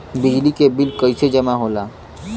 बिजली के बिल कैसे जमा होला?